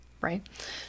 right